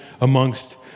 amongst